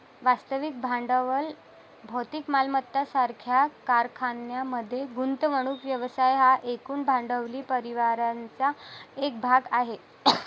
वास्तविक भांडवल भौतिक मालमत्ता सारख्या कारखान्यांमध्ये गुंतवणूक व्यवसाय हा एकूण भांडवली परिव्ययाचा एक भाग आहे